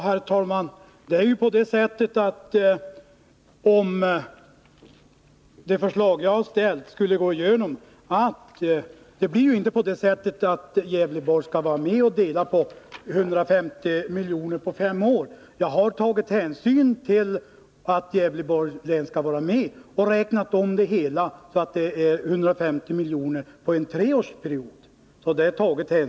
Herr talman! Om det förslag jag har ställt skulle gå igenom, innebär det inte att också Gävleborgs län skall vara med och dela 150 miljoner på fem år. Jag har tagit hänsyn till att Gävleborgs län kommer med och har räknat om beloppet, så att det blir 150 milj.kr. på en treårsperiod.